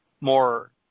more